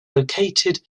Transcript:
located